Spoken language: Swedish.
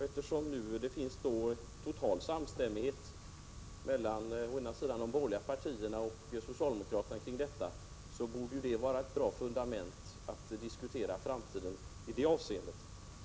Eftersom det nu finns en total samstämmighet mellan de borgerliga partierna och socialdemokraterna kring detta, borde det vara ett bra fundament för att diskutera framtiden i det avseendet.